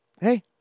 Hey